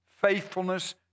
faithfulness